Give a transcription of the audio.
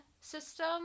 system